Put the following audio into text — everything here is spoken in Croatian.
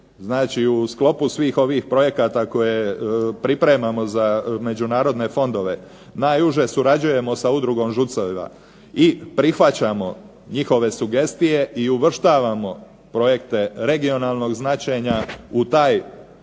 u sklopu svih ovih projekata koje pripremamo za međunarodne fondove, najuže surađujemo sa udrugom …/Ne razumije se./…, i prihvaćamo njihove sugestije i uvrštavamo projekte regionalnog značenja u taj komplet